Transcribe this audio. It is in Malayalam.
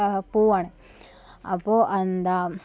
പോവാണ് അപ്പോള് എന്താണ്